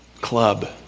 club